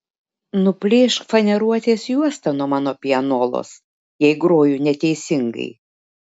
nuplėšk faneruotės juostą nuo mano pianolos jei groju neteisingai